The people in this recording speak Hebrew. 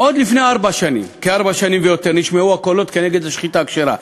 עוד לפני ארבע שנים ויותר נשמעו קולות נגד השחיטה הכשרה.